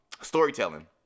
storytelling